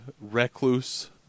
recluse